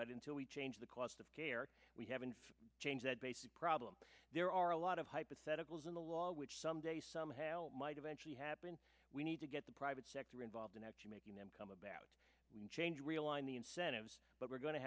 but until we change the cost of we haven't change that basic problem there are a lot of hypotheticals in the law which someday somehow might eventually happen we need to get the private sector involved in actually making them come about and change realign the incentives but we're go